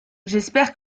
j’espère